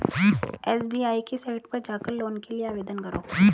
SBI की site पर जाकर लोन के लिए आवेदन करो